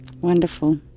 Wonderful